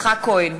יצחק כהן,